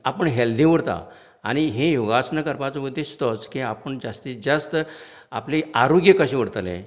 आपूण हेल्दी उरता आनी ही योगासनां करपाचो उद्देश तोच की आपूण जास्तीत जास्त आपले आरोग्य कशें उरतलें